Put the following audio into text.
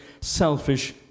selfish